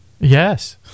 Yes